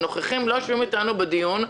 הם לא יושבים איתנו בדיון.